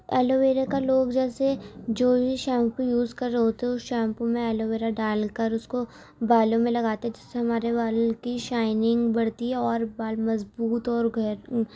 aloe vera کا لوگ جیسے جو بھی شیمپو یوز کر رہے ہوتے ہیں اُس شیمپو میں ایلو ویرا ڈال کر اُس کو بالوں میں لگاتے ہیں جس سے ہمارے بال کی شائنگ بڑھتی ہے اور بال مضبوط اور